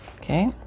Okay